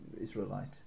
Israelite